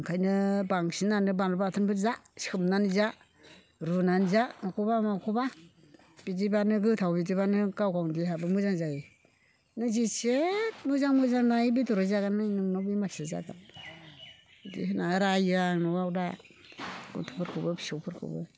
ओंखायनो बांसिनानो बानलु बाथोनफोर जा सोमनानै जा रुनानै जा माखौबा माखौबा बिदिबानो गोथाव बिदिबानो गाव गावनि देहायाबो मोजां जायो नों जेसे मोजां मोजां नायै बेदरै जागोन नोंनाव बेमारसो जागोन बिदि होनना रायो आं न'आव दा गथ'फोरखौबो फिसौफोरखौबो